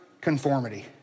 conformity